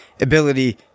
ability